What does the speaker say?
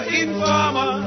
informer